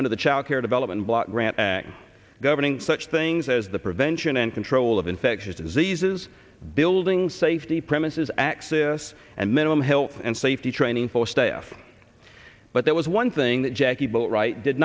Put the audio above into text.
under the child care development block grant governing such things as the prevention and control of infectious diseases building safety premises access and minimum health and safety training for staff but there was one thing that jackie boatwright did